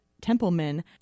Templeman